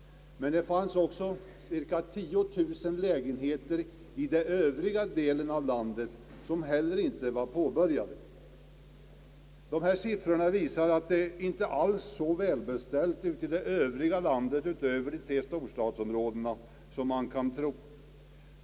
Men det fanns också cirka 10 000 lägen heter i den övriga delen av landet som inte heller var påbörjade. Dessa siffror visar att det inte alls är så välbeställt i landet utanför de tre storstadsområdena som man kan tro.